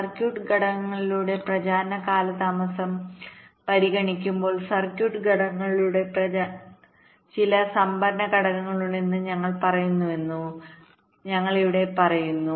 circuit ഘടകങ്ങളിലൂടെ പ്രചാരണ കാലതാമസം പരിഗണിക്കുമ്പോൾ സർക്യൂട്ട് ഘടകങ്ങളിലൂടെ പ്രചരണ കാലതാമസം പറയുമ്പോൾ ചില സംഭരണ ഘടകങ്ങളുണ്ടെന്ന് ഞങ്ങൾ പറയുന്നുവെന്ന് ഞങ്ങൾ അവിടെ പറഞ്ഞു